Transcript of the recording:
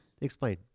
Explain